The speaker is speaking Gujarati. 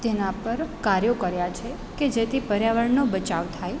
તેના પર કાર્યો કર્યાં છે કે જેથી પર્યાવરણનો બચાવ થાય